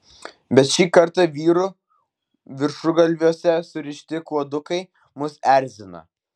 bet šį kartą vyrų viršugalviuose surišti kuodukai mus erzina